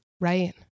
right